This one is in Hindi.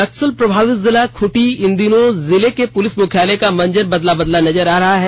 नक्सल प्रभावित जिला खूंटी में इन दिनों जिले के पुलिस मुख्यालय का मंजर बदला बदला नजर आ रहा है